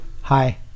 Hi